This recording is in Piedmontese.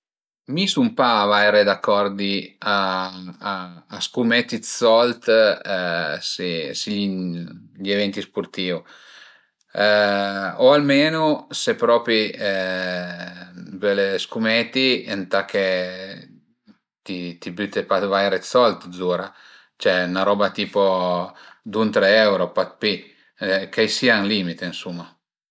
Mi sun pa vaire d'acordi a a scumeti d'sold s'i s'i gli eventi spurtìu o almenu se propi völe scumeti ëntà che ti büte pa vaire d'sold zura, cioè 'na roba tipo dun, tre euro, pa d'pi, ch'a i sia ën limite ënsuma